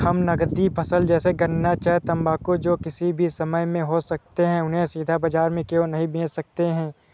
हम नगदी फसल जैसे गन्ना चाय तंबाकू जो किसी भी समय में हो सकते हैं उन्हें सीधा बाजार में क्यो नहीं बेच सकते हैं?